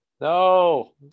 no